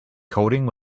coding